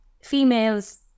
females